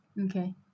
okay